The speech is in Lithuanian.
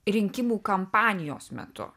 rinkimų kampanijos metu